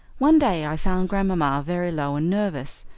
one day i found grandmamma very low and nervous,